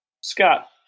Scott